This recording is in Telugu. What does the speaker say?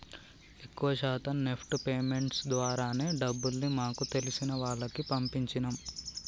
ఎక్కువ శాతం నెఫ్ట్ పేమెంట్స్ ద్వారానే డబ్బుల్ని మాకు తెలిసిన వాళ్లకి పంపించినం